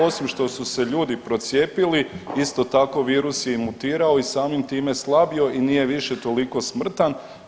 Osim što su se ljudi procijepili isto tako virus je mutirao i samim time slabio i nije više toliko smrtan.